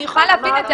אני יכולה להבין את זה.